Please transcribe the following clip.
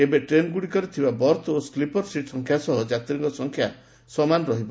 ଏବେ ଟ୍ରେନ ଗୁଡିକରେ ଥିବା ବର୍ଥ ଓ ସ୍କିପର ସିଟ୍ ସଂଖ୍ୟା ସହ ଯାତ୍ରୀଙ୍କ ସଂଖ୍ୟା ସମାନ ରହିବ